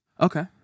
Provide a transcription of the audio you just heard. Okay